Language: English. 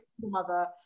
mother